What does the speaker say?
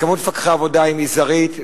כמות מפקחי העבודה היא מזערית,